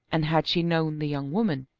and had she known the young woman,